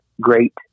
great